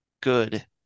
good